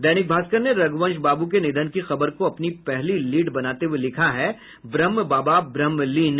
दैनिक भास्कर ने रघुवंश बाबू के निधन की खबर को अपनी पहली लीड बनाते हुये लिखा है ब्रम्हबाबा ब्रहम्लीन